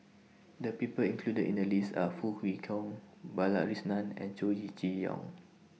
The People included in The list Are Foo Kwee Horng Balakrishnan and Chow E Chee Yong